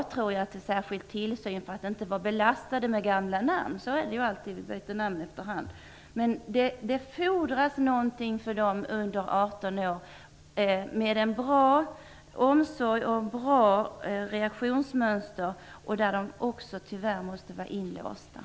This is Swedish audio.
Vi döpte det då till "särskild tillsyn", eftersom denna benämning inte var så belastad som de gamla namnen. Det är ju alltid så att vi byter namn efter hand. Det fordras någonting för de brottslingar som är under 18 år med en bra omsorg och ett bra reaktionsmönster - tyvärr under inlåsning.